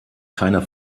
keiner